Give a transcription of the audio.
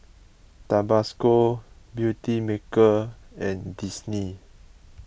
Tabasco Beautymaker and Disney